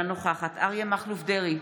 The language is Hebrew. אינה נוכחת אריה מכלוף דרעי,